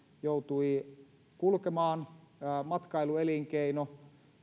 joutui kulkemaan niin matkailuelinkeino